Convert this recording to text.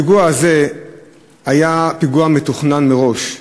הפיגוע הזה היה פיגוע מתוכנן מראש,